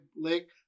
lake